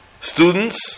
students